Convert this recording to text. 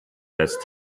lässt